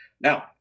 Now